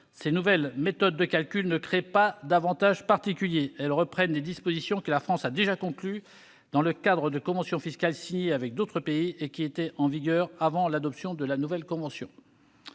ces nouvelles méthodes de calcul ne créent pas d'avantage particulier : elles reprennent des dispositions que la France a déjà conclues dans le cadre de conventions fiscales signées avec d'autres pays et qui étaient en vigueur avant l'adoption de la nouvelle convention.